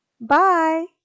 Bye